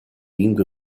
lingue